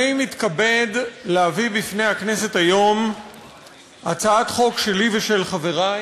אני מתכבד להביא בפני הכנסת היום הצעת חוק שלי ושל חברי